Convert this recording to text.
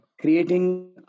creating